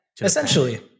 essentially